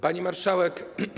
Pani Marszałek!